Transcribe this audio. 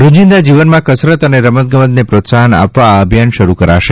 રોજિંદા જીવનમાં કસરત અને રમતગમતને પ્રોત્સાહન આપવા આ અભિયાન શરૂ કરાશે